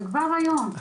וכבר היום,